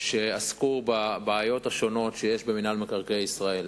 שעסקו בבעיות השונות במינהל מקרקעי ישראל.